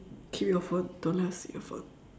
keep your phone don't let her see your phone